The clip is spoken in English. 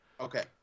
okay